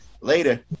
Later